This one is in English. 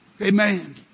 Amen